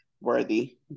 worthy